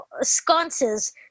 sconces